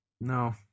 no